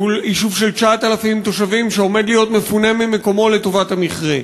שהוא יישוב של 9,000 תושבים שעומד להיות מפונה ממקומו לטובת המכרה,